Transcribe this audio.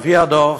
לפי הדוח,